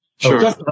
Sure